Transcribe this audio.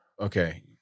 Okay